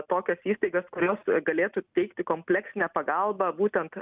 tokias įstaigas kurios galėtų teikti kompleksinę pagalbą būtent